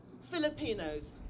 Filipinos